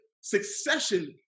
succession